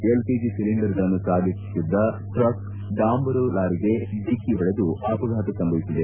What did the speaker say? LPG ಸಿಲಿಂಡರ್ಗಳನ್ನು ಸಾಗಿಸುತ್ತಿದ್ದ truck ಡಾಂಬರು ಲಾರಿಗೆ ಡಿಕ್ಕಿ ಹೊಡೆದು ಅಪಘಾತ ಸಂಭವಿಸಿದೆ